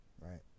Right